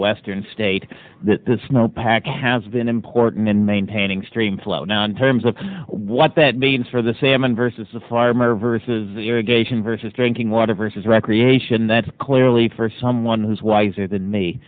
western state that that snow pack has been important in maintaining stream flow now in terms of what that means for the salmon versus the farmer versus the irrigation versus drinking water versus recreation that's clearly for someone who's wiser than me